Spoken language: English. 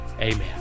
amen